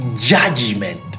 judgment